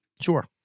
Sure